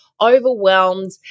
overwhelmed